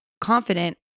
confident